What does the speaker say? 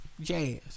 Jazz